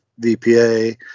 VPA